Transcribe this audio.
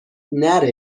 نره